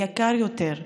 יקר יותר.